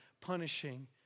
punishing